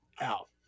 Out